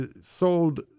Sold